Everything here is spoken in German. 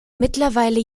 mittlerweile